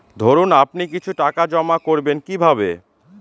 ধরুন আপনি কিছু টাকা জমা করবেন কিভাবে?